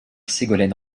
ségolène